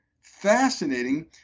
fascinating